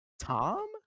Tom